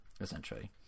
essentially